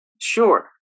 Sure